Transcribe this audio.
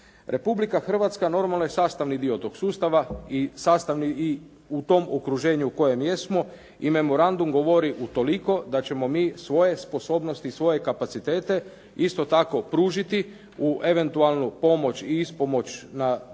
Republika Hrvatska normalno je sastavni dio tog sustava i u tom okruženju u kojem jesmo i memorandum govori utoliko da ćemo mi svoje sposobnosti i svoje kapacitete isto tako pružiti u eventualnu pomoć i ispomoć na drugim